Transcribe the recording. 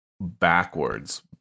backwards